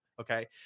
okay